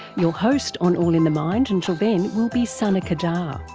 your host on all in the mind until then will be sana qadar.